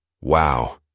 wow